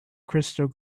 crystal